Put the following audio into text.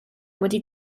wedi